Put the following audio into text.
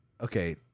okay